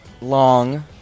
long